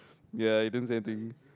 ya he didn't say anything